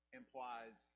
implies